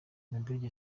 nadege